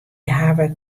hawwe